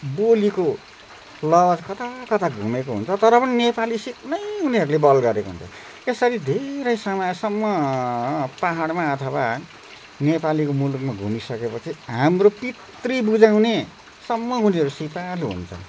बोलीको लवज कताकता घुमेको हुन्छ तर पनि नेपाली सिक्नै उनीहरूले बल गरेको हुन्छ्न् यसरी धेरै समयसम्म पाहाडमा अथवा नेपालीको मुलुकमा घुमिसकेपछि हाम्रो पितृ बुझाउनेसम्म उनीहरू सिपालु हुन्छ्न्